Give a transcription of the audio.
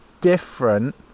different